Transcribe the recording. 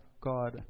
God